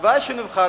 התוואי שנבחר,